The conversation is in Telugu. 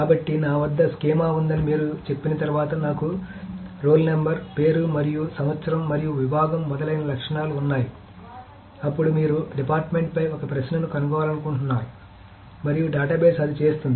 కాబట్టి నా వద్ద స్కీమా ఉందని మీరు చెప్పిన తర్వాత నాకు రోల్ నంబర్ పేరు మరియు సంవత్సరం మరియు విభాగం మొదలైన లక్షణాలు ఉన్నాయి అప్పుడు మీరు డిపార్ట్మెంట్పై ఒక ప్రశ్నను కనుగొనాలనుకుంటున్నాను మరియు డేటాబేస్ అది చేస్తుంది